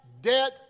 debt